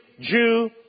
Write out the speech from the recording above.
Jew